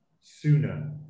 sooner